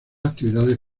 actividades